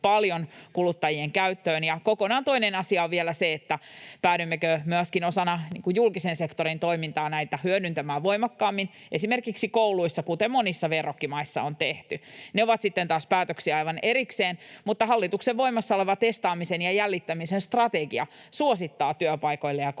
paljon kuluttajien käyttöön. Kokonaan toinen asia on vielä se, päädymmekö myöskin osana julkisen sektorin toimintaa näitä hyödyntämään voimakkaammin esimerkiksi kouluissa, kuten monissa verrokkimaissa on tehty. Ne ovat sitten taas päätöksiä aivan erikseen, mutta hallituksen voimassa oleva testaamisen ja jäljittämisen strategia suosittaa työpaikoille ja kouluille